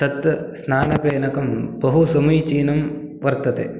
तद् स्नानपेनकं बहु समीचीनं वर्तते